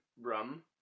rum